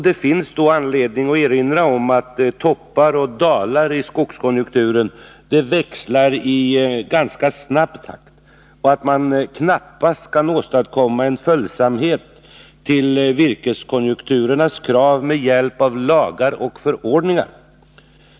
Det finns då anledning att erinra om att toppar och dalar i skogskonjunkturen växlar i ganska snabb takt och att man knappast kan åstadkomma en följsamhet till virkeskonjunkturernas krav med hjälp av lagar och förordningar.